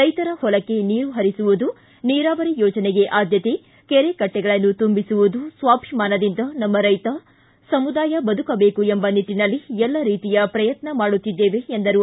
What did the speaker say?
ರೈತರ ಹೊಲಕ್ಕೆ ನೀರು ಹರಿಸುವುದು ನೀರಾವರಿ ಯೋಜನೆಗೆ ಆದ್ಯತೆ ಕೆರೆ ಕಟ್ಟೆಗಳನ್ನು ತುಂಬಿಸುವುದು ಸ್ವಾಭಿಮಾನದಿಂದ ನಮ್ಮ ರೈತ ಸಮುದಾಯ ಬದುಕಬೇಕು ಎಂಬ ನಿಟ್ಟಿನಲ್ಲಿ ಎಲ್ಲ ರೀತಿಯ ಪ್ರಯತ್ನ ಮಾಡುತ್ತಿದ್ದೇವೆ ಎಂದರು